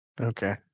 Okay